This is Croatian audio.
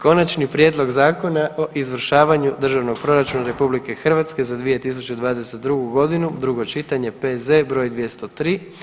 Konačni prijedlog Zakona o izvršavanju Državnog proračuna RH za 2022. godinu, drugo čitanje, P.Z. broj 203.